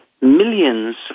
millions